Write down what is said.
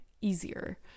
easier